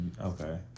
Okay